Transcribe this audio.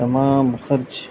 تمام خرچ